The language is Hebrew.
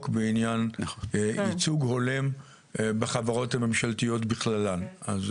בעניין ייצוג הולם בחברות הממשלתיות בכללן.